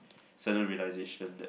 salinization that